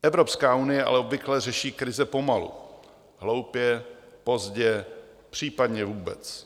Evropská unie ale obvykle řeší krize pomalu, hloupě, pozdě, případně vůbec.